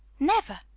never,